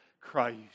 Christ